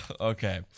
Okay